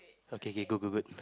okay okay good good